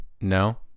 No